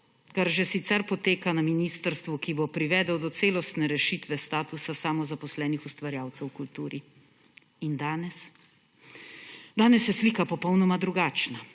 kar že sicer poteka na ministrstvu, ki bo privedel do celostne rešitve statusa samozaposlenih ustvarjalcev v kulturi.« Danes je slika popolnoma drugačna.